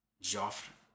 Joffre